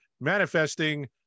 manifesting